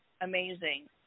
Amazing